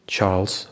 Charles